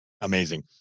Amazing